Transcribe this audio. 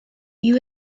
you